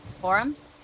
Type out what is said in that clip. Forums